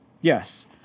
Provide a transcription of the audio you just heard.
Yes